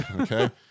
okay